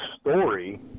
Story